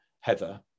Heather